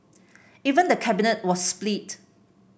even the Cabinet was split